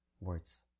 words